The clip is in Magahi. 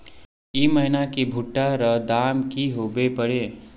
ई महीना की भुट्टा र दाम की होबे परे?